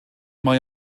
mwy